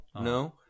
No